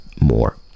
more